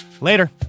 Later